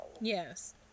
Yes